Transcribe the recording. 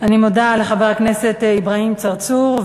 אני מודה לחבר הכנסת אברהים צרצור.